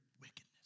wickedness